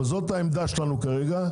אבל זאת העמדה שלנו כרגע.